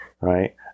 Right